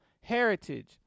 heritage